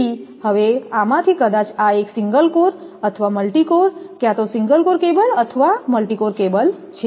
તેથી હવે આમાંથી કદાચ આ એક સિંગલ કોર અથવા મલ્ટિ કોર ક્યાં તો સિંગલ કોર કેબલ અથવા મલ્ટિ કોર કેબલ છે